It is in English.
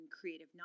creative